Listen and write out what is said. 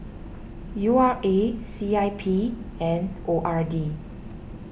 U R A C I P and O R D